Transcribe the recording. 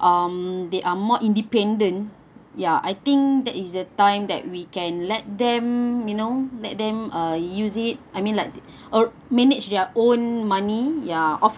um they are more independent ya I think that is the time that we can let them you know let them uh use it I mean like err manage their own money ya of